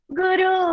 guru